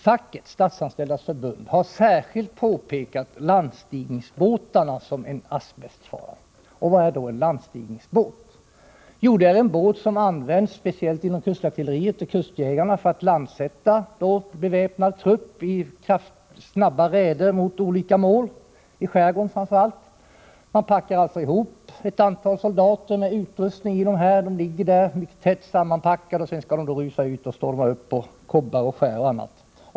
Facket, Statsanställdas förbund, har särskilt påtalat landstigningsbåtarna som en asbestfara. Landstigningsbåtar är båtar som används speciellt inom kustartilleriet och kustjägarna för att landsätta beväpnad trupp i snabba räder mot olika mål, framför allt i skärgården. Man packar alltså ihop ett antal soldater med utrustning som får ligga tätt sammanpackade och sedan skall rusa ut och storma upp på kobbar och skär och annat.